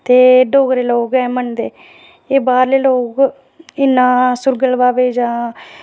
ते डोगरे लोक गै मनदे एह् बाह्रले लोक इन्ना सुरगल बावे गी जां